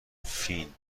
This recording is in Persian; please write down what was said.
فین